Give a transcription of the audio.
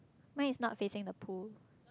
mine is not facing the pool